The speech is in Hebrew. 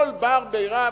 כל בר-בי-רב,